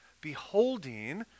Beholding